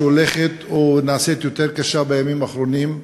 שהולכת ונעשית יותר קשה בימים האחרונים,